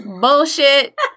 Bullshit